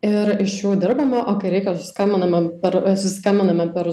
ir iš jų dirbame o kai reikia susiskambiname per susiskambiname per